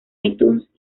itunes